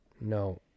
No